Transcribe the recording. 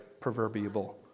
proverbial